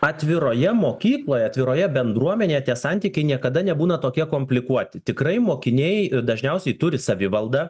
atviroje mokykloje atviroje bendruomenėje tie santykiai niekada nebūna tokie komplikuoti tikrai mokiniai dažniausiai turi savivaldą